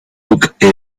locke